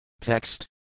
Text